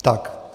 Tak.